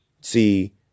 See